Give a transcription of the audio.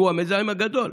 שהוא המזהם הגדול.